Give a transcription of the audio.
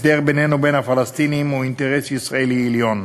הסדר בינינו לבין הפלסטינים הוא אינטרס ישראלי עליון.